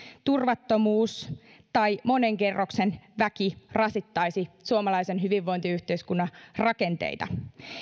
turvattomuus tai monen kerroksen väki rasittaisi suomalaisen hyvinvointiyhteiskunnan rakenteita